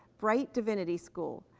brite divinity school,